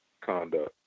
conduct